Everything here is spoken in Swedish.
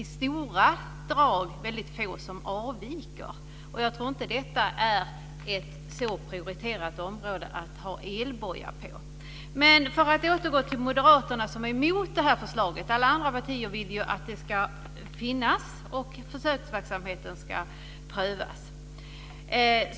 i stora drag är väldigt få som avviker. Jag tror inte att detta är ett prioriterat område när det gäller att ha elboja. För att återgå till moderaterna: De är mot det här förslaget. Alla andra partier vill att det här ska finnas och att försöksverksamheten ska prövas.